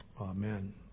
Amen